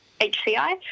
HCI